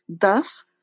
Thus